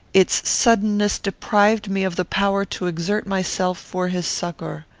its suddenness deprived me of the power to exert myself for his succour.